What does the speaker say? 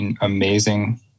amazing